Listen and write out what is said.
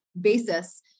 basis